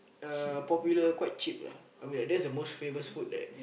uh popular quite cheap lah I mean that's the most famous food that